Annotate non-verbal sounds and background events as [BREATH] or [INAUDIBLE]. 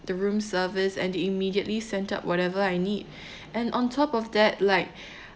the room service and immediately sent up whatever I need [BREATH] and on top of that like [BREATH]